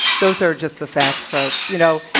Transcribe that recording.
those are just the facts, folks. you know,